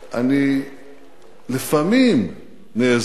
אני לפעמים נעזר